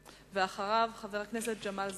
אחריו, חבר הכנסת ג'מאל זחאלקה.